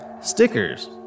stickers